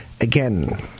again